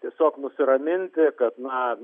tiesiog nusiraminti kad na